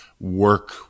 work